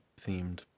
themed